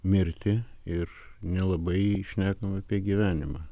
mirtį ir nelabai šnekam apie gyvenimą